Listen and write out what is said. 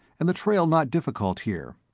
and the trail not difficult here.